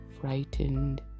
frightened